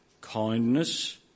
kindness